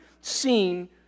seen